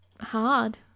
hard